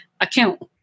account